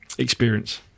Experience